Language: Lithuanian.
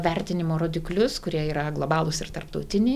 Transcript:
vertinimo rodiklius kurie yra globalūs ir tarptautiniai